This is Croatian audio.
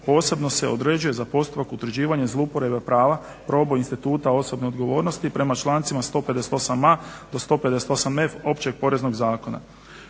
posebno se određuje za postupak utvrđivanja zlouporabe prava, proboj instituta osobne odgovornosti prema člancima 158a. do 158f. Općeg poreznog zakona.